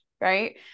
right